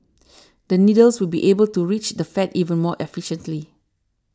the needles will be able to reach the fat even more efficiently